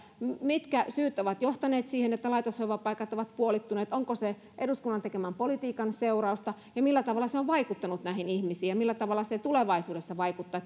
mitkä syyt ovat johtaneet siihen että laitoshoivapaikat ovat puolittuneet onko se eduskunnan tekemän politiikan seurausta ja millä tavalla se on vaikuttanut näihin ihmisiin ja millä tavalla se tulevaisuudessa vaikuttaa